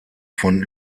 von